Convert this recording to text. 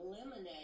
eliminate